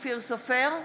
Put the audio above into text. אופיר סופר,